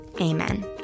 Amen